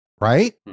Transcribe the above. right